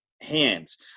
hands